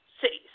cities